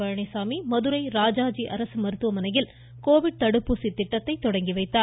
பழனிசாமி மதுரை ராஜாஜி அரசு மருத்துவமனையில் கோவிட் தடுப்பூசி திட்டத்தை துவக்கி வைத்தார்